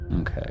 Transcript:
Okay